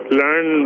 learn